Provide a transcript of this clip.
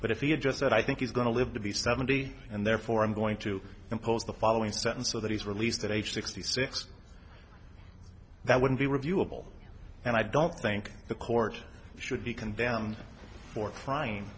but if he had just said i think he's going to live to be seventy and therefore i'm going to impose the following sentence so that he's released at age sixty six that wouldn't be reviewable and i don't think the court should be condemned for trying